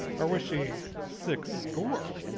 or was she six score?